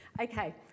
Okay